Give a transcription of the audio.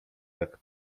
jak